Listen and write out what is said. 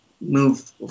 move